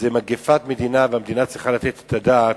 זו מגפת מדינה, והמדינה צריכה לתת את הדעת,